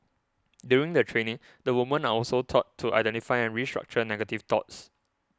during the training the women are also taught to identify and restructure negative thoughts